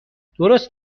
درست